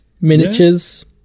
miniatures